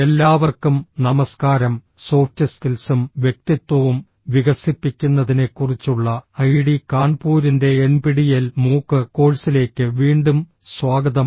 എല്ലാവർക്കും നമസ്കാരം സോഫ്റ്റ് സ്കിൽസും വ്യക്തിത്വവും വികസിപ്പിക്കുന്നതിനെക്കുറിച്ചുള്ള ഐഐടി കാൺപൂരിന്റെ എൻപിടിഇഎൽ എംഒഒസി കോഴ്സിലേക്ക് വീണ്ടും സ്വാഗതം